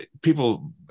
people